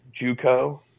JUCO